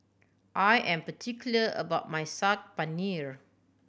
I am particular about my Saag Paneer